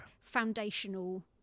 foundational